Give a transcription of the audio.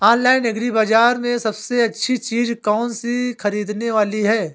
Online agri बाजार में सबसे अच्छी चीज कौन सी ख़रीदने वाली है?